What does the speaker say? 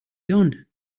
done